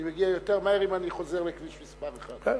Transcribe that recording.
אני מגיע יותר מהר מאשר אם אני חוזר לכביש מס' 1. כן,